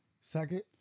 second